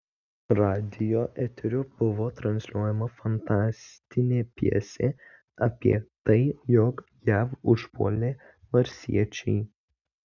radijo eteriu buvo transliuojama fantastinė pjesė apie tai jog jav užpuolė marsiečiai